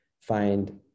find